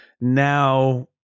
now